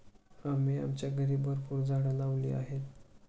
आम्ही आमच्या घरी भरपूर झाडं लावली आहेत